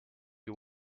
you